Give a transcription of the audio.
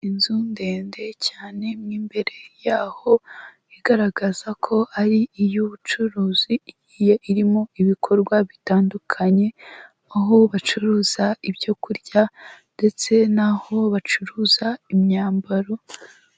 Inzu ndende cyane n'imbere yaho igaragaza ko ari iy'ubucuruzi irimo ibikorwa bitandukanye aho bacuruza ibyokurya ndetse n'aho bacuruza imyambaro.